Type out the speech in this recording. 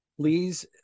Please